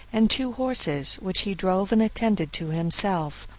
and two horses, which he drove and attended to himself.